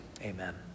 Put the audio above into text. Amen